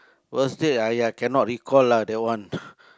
worst date !aiya! cannot recall lah that one